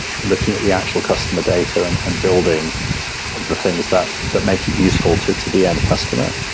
looking at the actual customer data and and building the things that that make it useful to to the end-customer,